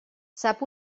sap